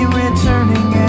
returning